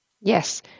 Yes